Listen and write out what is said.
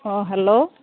অঁ হেল্ল'